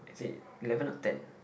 is it eleven or ten